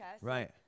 Right